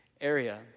area